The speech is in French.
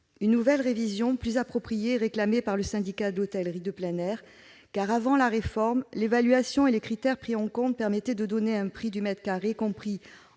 Une nouvelle révision plus appropriée est réclamée par le Syndicat de l'hôtellerie de plein air, car, avant la réforme, l'évaluation et les critères pris en compte aboutissaient à un prix du mètre carré compris